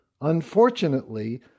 Unfortunately